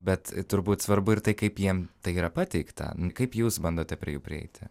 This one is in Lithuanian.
bet turbūt svarbu ir tai kaip jiem tai yra pateikta kaip jūs bandote prie jų prieiti